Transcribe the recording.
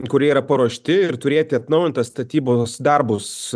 kurie yra paruošti ir turėti atnaujintą statybos darbus